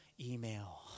email